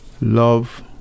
love